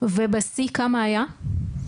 ובשיא כמה היה בערך?